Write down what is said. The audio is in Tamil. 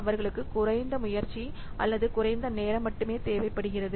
அவர்களுக்கு குறைந்த முயற்சி அல்லது குறைந்த நேரம் மட்டுமே தேவைப்படுகிறது